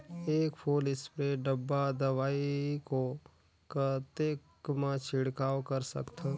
एक full spray डब्बा दवाई को कतेक म छिड़काव कर सकथन?